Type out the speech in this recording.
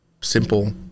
simple